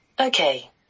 Okay